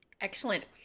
Excellent